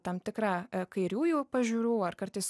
tam tikrą kairiųjų pažiūrų ar kartais